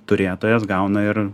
turėtojas gauna ir